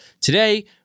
Today